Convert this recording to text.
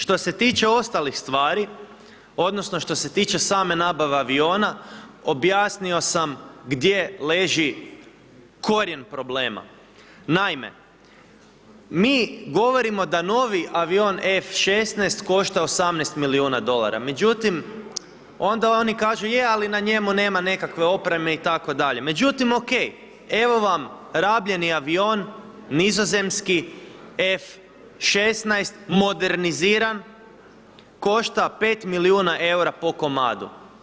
Što se tiče ostalih stvari odnosno što se tiče same nabave aviona, objasnio sam gdje leži korijen problema. naime, mi govorimo da novi avion F 16 košta 18 milijuna dolara međutim onda oni kažu je, ali na njemu nema nekakve opreme itd., međutim ok, evo vam rabljeni avioni nizozemski F 16, moderniziran, košta 5 milijuna po komadu.